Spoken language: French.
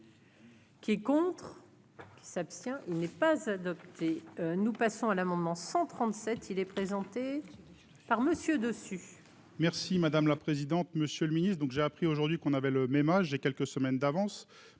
Qui est contre qui s'abstient, il n'est pas adopté, nous passons à l'amendement 137, il est présenté par Monsieur dessus. Merci madame la présidente, monsieur le Ministre, donc j'ai appris aujourd'hui qu'on avait le même âge et quelques semaines d'avance,